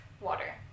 water